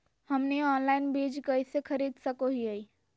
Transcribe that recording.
हमनी ऑनलाइन बीज कइसे खरीद सको हीयइ?